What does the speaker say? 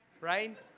right